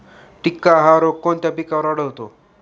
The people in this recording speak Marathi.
टिक्का हा रोग कोणत्या पिकावर आढळतो?